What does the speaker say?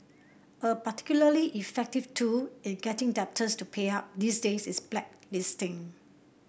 a particularly effective tool in getting debtors to pay up these days is blacklisting